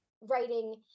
writing